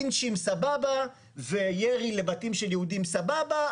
לינצ'ים סבבה וירי לבתים של יהודים סבבה,